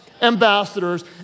ambassadors